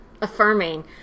affirming